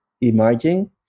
emerging